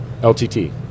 LTT